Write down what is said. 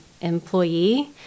employee